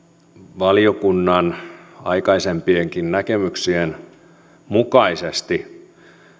valiokunnan aikaisempienkin näkemyksien mukaisesti